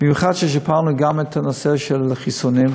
במיוחד כששיפרנו גם את הנושא של חיסונים,